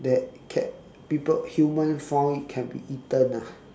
that can that people human found it can be eaten ah